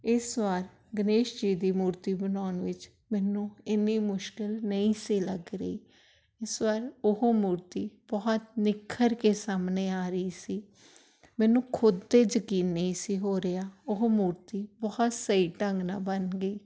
ਇਸ ਵਾਰ ਗਣੇਸ਼ ਜੀ ਦੀ ਮੂਰਤੀ ਬਣਾਉਣ ਵਿੱਚ ਮੈਨੂੰ ਇੰਨੀ ਮੁਸ਼ਕਿਲ ਨਹੀਂ ਸੀ ਲੱਗ ਰਹੀ ਇਸ ਵਾਰ ਉਹ ਮੂਰਤੀ ਬਹੁਤ ਨਿਖਰ ਕੇ ਸਾਹਮਣੇ ਆ ਰਹੀ ਸੀ ਮੈਨੂੰ ਖੁਦ 'ਤੇ ਯਕੀਨ ਨਹੀਂ ਸੀ ਹੋ ਰਿਹਾ ਉਹ ਮੂਰਤੀ ਬਹੁਤ ਸਹੀ ਢੰਗ ਨਾਲ ਬਣ ਗਈ